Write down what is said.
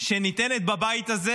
שניתנת בבית הזה